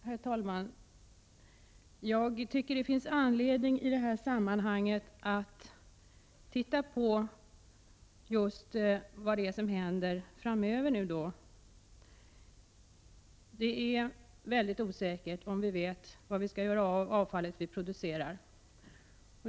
Herr talman! Jag tycker det finns anledning i detta sammanhang att se på vad som kommer att hända framöver. Det är väldigt osäkert om vi vet vad vi skall göra med det avfall vi producerar.